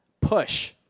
PUSH